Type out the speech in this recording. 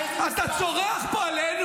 מה זה קורלציה מלאה?